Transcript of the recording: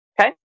Okay